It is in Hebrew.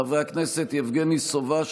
חברי הכנסת יבגני סובה,